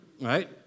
right